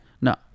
No